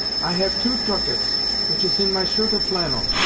i have two tucats which is in my shirt of flannel.